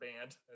band